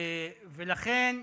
ולכן